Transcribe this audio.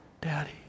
Daddy